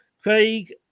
Craig